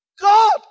God